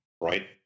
right